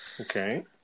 Okay